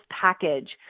Package